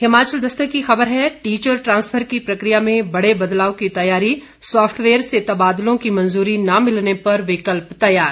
हिमाचल दस्तक की खबर है टीचर ट्रांसफर की प्रक्रिया में बड़े बदलाव की तैयारी सॉफ्टवेयर से तबादलों की मंजूरी न मिलने पर विकल्प तैयार